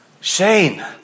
Shane